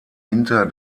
hinter